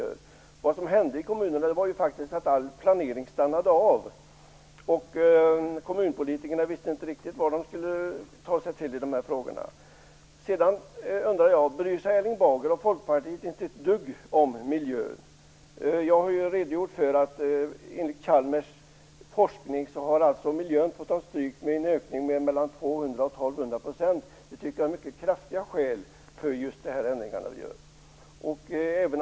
Vad som hände i kommunerna var faktiskt att all planering stannade av, och kommunpolitikerna visste inte riktigt vad de skulle ta sig till i de här frågorna. Jag undrar också: Bryr sig Erling Bager och Folkpartiet inte ett dugg om miljön? Jag har redogjort för att miljön enligt Chalmers forskning fått ta stryk med en ökning på mellan 200 och 1 200 %. Det tycker jag är ett mycket kraftfullt skäl för de ändringar vi gör.